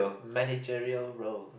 managerial role